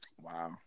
Wow